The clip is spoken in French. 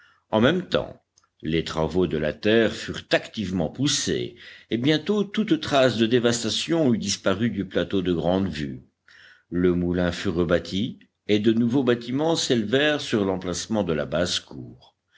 en même temps les travaux de la terre furent activement poussés et bientôt toute trace de dévastation eut disparu du plateau de grande vue le moulin fut rebâti et de nouveaux bâtiments s'élevèrent sur l'emplacement de la